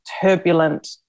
turbulent